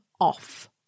off